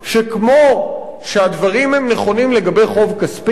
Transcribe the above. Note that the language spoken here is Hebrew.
שכמו שהדברים נכונים לגבי חוב כספי,